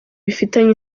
bifitanye